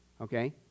Okay